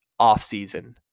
offseason